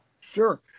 Sure